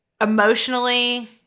emotionally